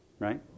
Right